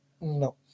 No